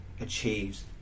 achieves